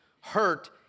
Hurt